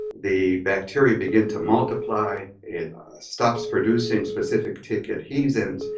the bacteria begin to multiply, it stops producing specific tick adhesins,